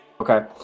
Okay